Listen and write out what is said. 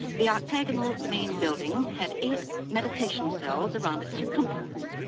the octagonal main building had eight meditation cells around its circumference.